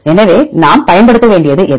எனவே நாம் பயன்படுத்த வேண்டியது எது